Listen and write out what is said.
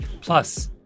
Plus